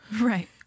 Right